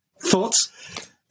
Thoughts